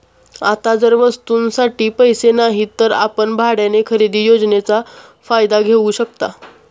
आता जर वस्तूंसाठी पैसे नाहीत तर आपण भाड्याने खरेदी योजनेचा फायदा घेऊ शकता